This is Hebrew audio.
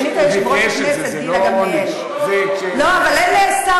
--- הוא ביקש, הוא ביקש את זה, זה לא עונש.